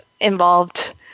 involved